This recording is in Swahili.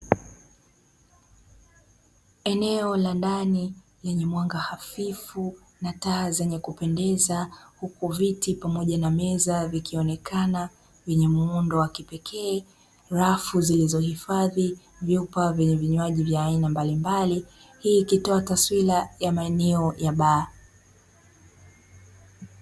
Eneo la ndani lenye mwanga hafifu na taa zenye kupendeza huku viti na meza vikionekana vyenye muundo wa kipekee, rafu zilizohifadhi vyupa vyenye vinywaji vya aina mbalimbali, hii ikitoa taswira ya maeneo ya baa.